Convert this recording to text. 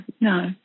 no